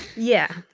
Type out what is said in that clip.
yeah,